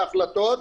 את ההחלטות,